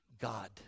God